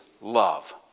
love